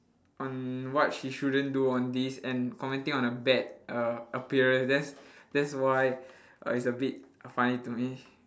on what she shouldn't do on this and commenting on her bad uh appearance that's that's why uh it's a bit uh funny to me